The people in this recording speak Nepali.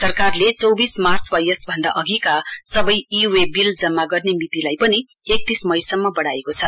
सरकारले चौविस मार्च वा यसभन्दा अघिका सबै ई वे विल जम्मा गर्ने मितिलाई पनि एकतीस मईसम्म बढ़ाएको छ